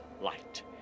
light